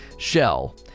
shell